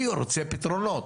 אני רוצה פתרונות,